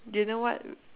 do you know what